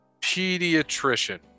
pediatrician